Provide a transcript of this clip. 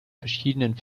verschiedenen